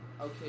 Okay